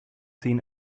seen